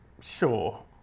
Sure